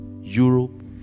Europe